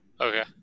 Okay